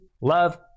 love